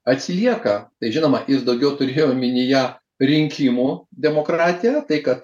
atsilieka tai žinoma jis daugiau turėjo omenyje rinkimų demokratiją tai kad